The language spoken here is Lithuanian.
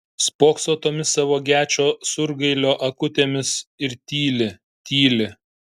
spokso tomis savo gečo surgailio akutėmis ir tyli tyli